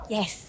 Yes